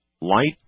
light